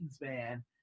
man